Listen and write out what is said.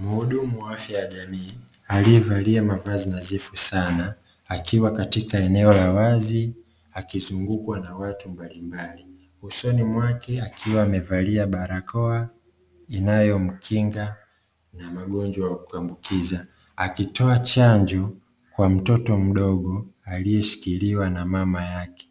Muhudumu wa afya ya jamii aliyevalia mavazi nadhifu sana akiwa katika eneo la wazi akizungukwa na watu mbalimbali. Usoni mwake akiwa amevalia barakoa inayomkinga na magonjwa ya kuambukiza, akitoa chanjo kwa mtoto mdogo aliyeshikiliwa na mama yake